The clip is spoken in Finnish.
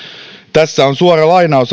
tässä on suora lainaus